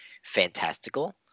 fantastical